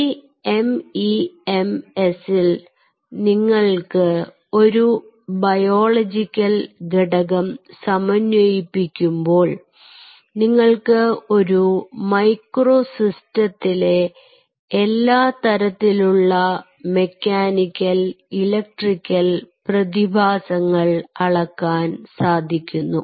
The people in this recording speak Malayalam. ഈ MEMS ൽ നിങ്ങൾ ഒരു ബയോളജിക്കൽ ഘടകം സമന്വയിപ്പിക്കുമ്പോൾ നിങ്ങൾക്ക് ഒരു മൈക്രോ സിസ്റ്റത്തിലെ എല്ലാ തരത്തിലുള്ള മെക്കാനിക്കൽ ഇലക്ട്രിക്കൽ പ്രതിഭാസങ്ങൾ അളക്കാൻ സാധിക്കുന്നു